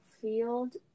field